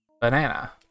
banana